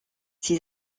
ses